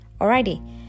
alrighty